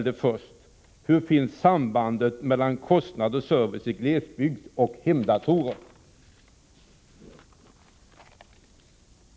Vad finns det för samband mellan kostnad och service i glesbygd och televerkets satsning på hemdatorer?